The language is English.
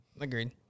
Agreed